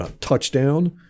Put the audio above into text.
touchdown